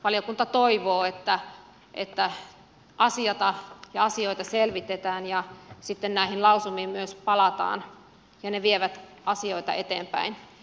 valiokunta toivoo että asioita selvitetään ja sitten näihin lausumiin myös palataan ja ne vievät asioita eteenpäin